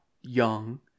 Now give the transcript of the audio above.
young